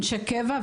אנשי קבע,